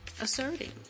Asserting